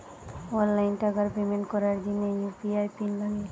online টাকার payment করার জিনে ইউ.পি.আই পিন লাগে